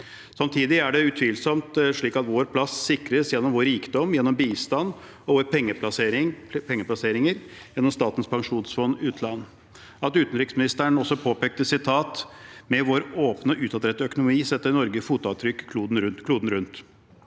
Samtidig er det utvilsomt slik at vår plass sikres gjennom vår rikdom – gjennom bistand og våre pengeplasseringer gjennom Statens pensjonsfond utland. Som utenriksministeren også påpekte: «Med vår åpne og utadrettede økonomi setter Norge derfor sitt fotavtrykk kloden rundt.»